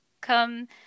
come